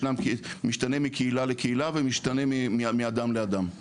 ישנן, משתנה מקהילה לקהילה ומשתנה מאדם לאדם.